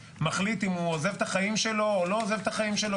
מחליט אם הוא עוזב את החיים שלו או לא עוזב את החיים שלו,